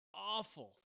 Awful